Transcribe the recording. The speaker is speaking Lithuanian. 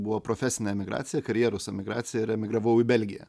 buvo profesinė emigracija karjeros emigracija ir emigravau į belgiją